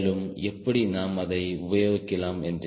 மேலும் எப்படி நாம் அதை உபயோகிக்கலாம் என்று